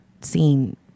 seen